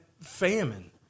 famine